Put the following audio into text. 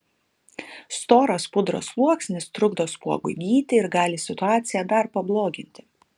storas pudros sluoksnis trukdo spuogui gyti ir gali situaciją dar pabloginti